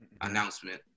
announcement